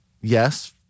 Yes